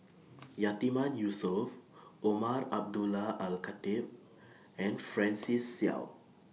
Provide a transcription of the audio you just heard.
Yatiman Yusof Umar Abdullah Al Khatib and Francis Seow